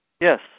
Yes